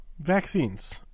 vaccines